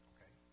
Okay